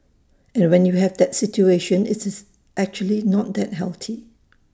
and when you have that situation it's actually not that healthy